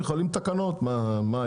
בתקנות.